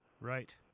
right